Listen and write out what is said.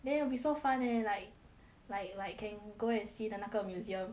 then it will be so far leh like like like can go and see 的那个 museum